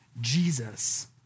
Jesus